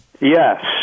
Yes